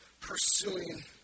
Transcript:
pursuing